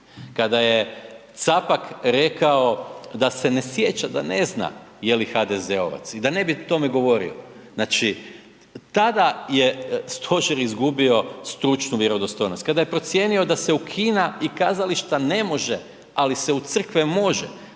kada je Capak rekao da se ne sjeća, da ne zna je li HDZ-ovac i da ne bi o tome govorio. Znači, tada je stožer izgubio stručnu vjerodostojnost. Kada je procijenio da se u kina i kazališta ne može, ali se u crkve može.